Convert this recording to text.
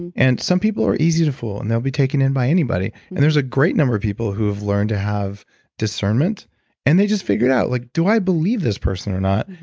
and and some people are easy to fool and they'll be talking in by anybody. and there's a great number of people who have learned to have discernment and they just figure it out, like do i believe this person or not?